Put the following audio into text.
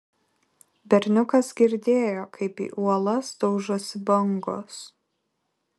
berniukas girdėjo kaip į uolas daužosi bangos